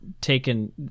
taken